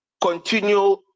continue